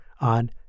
on